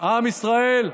עם ישראל,